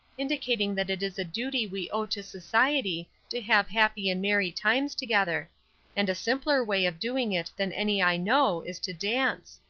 indicating that it is a duty we owe to society to have happy and merry times together and a simpler way of doing it than any i know is to dance.